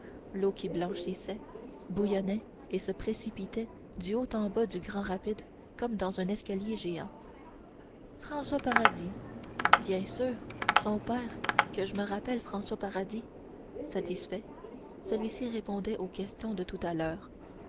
l'eau qui blanchissait bouillonnait et se précipitait du haut en bas du grand rapide comme dans un escalier géant françois paradis bien sûr son père que je me rappelle françois paradis satisfait celui-ci répondait aux questions de tout à l'heure